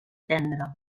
tendre